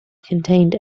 contained